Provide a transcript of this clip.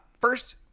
first